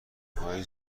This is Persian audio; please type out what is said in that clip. های